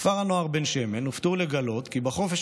בכפר הנוער בן שמן הופתעו לגלות כי בחופש